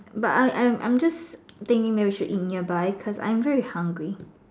but I'm I'm I'm just thinking maybe we should eat nearby cause I am very hungry